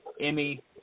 Emmy